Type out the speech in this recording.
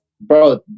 bro